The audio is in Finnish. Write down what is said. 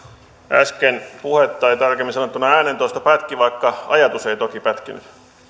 äsken puhe tai tarkemmin sanottuna äänentoisto pätki vaikka ajatus ei toki pätkinyt